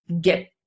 get